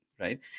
right